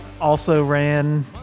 also-ran